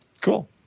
Cool